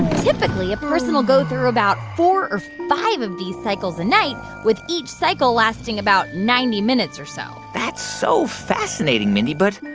typically, a person will go through about four or five of these cycles a night, with each cycle lasting about ninety minutes or so that's so fascinating, mindy, but.